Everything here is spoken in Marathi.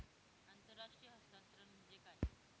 आंतरराष्ट्रीय हस्तांतरण म्हणजे काय?